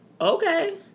Okay